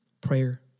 Prayer